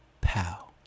Pow